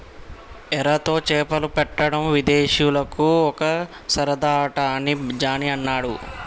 ఎరతో చేపలు పట్టడం విదేశీయులకు ఒక సరదా ఆట అని జానీ అన్నాడు